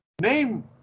Name